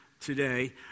today